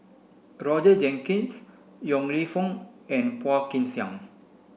Roger Jenkins Yong Lew Foong and Phua Kin Siang